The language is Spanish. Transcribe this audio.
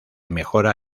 mejora